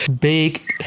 Big